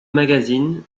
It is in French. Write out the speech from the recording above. magazine